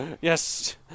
yes